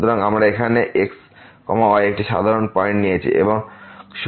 সুতরাং আমরা এখানে x y একটি সাধারণ পয়েন্ট নিয়েছি